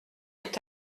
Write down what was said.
est